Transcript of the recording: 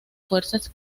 fuerzas